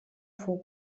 fou